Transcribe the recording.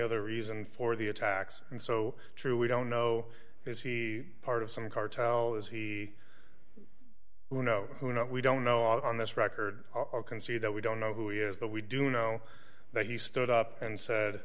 other reason for the attacks and so true we don't know is he part of some cartel is he you know who not we don't know on this record are concede that we don't know who he is but we do know that he stood up and said